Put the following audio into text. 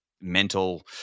mental